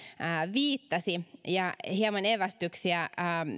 viittasi ja hieman evästyksiä